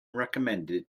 recommended